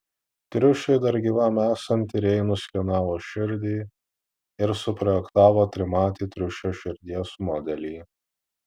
triušiui dar gyvam esant tyrėjai nuskenavo širdį ir suprojektavo trimatį triušio širdies modelį